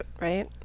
right